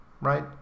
right